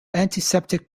antiseptic